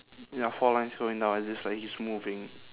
ya four lines going down as if like he's moving